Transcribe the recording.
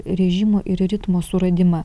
režimo ir ritmo suradimą